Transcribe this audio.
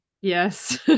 Yes